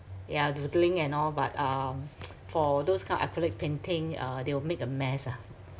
ya doodling and all but um for those kind of acrylic painting uh they will make a mess ah